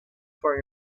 for